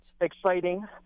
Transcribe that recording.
exciting